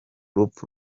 rupfu